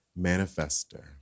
manifester